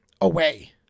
away